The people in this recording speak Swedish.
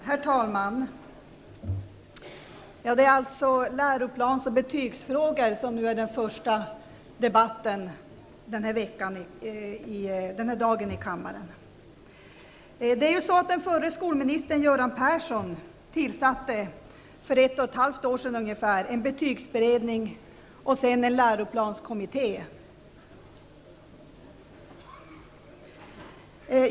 Herr talman! Det är alltså läroplans och betygsfrågor som dagens första debatt här i kammaren gäller. Förre skolministern Göran Persson tillsatte ju för ungefär ett och ett halvt år sedan först en betygsberedning och sedan en läroplanskommitté.